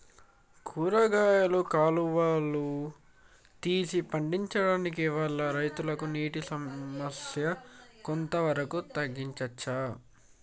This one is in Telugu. కూరగాయలు కాలువలు తీసి పండించడం వల్ల రైతులకు నీటి సమస్య కొంత వరకు తగ్గించచ్చా?